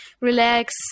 relax